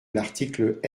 l’article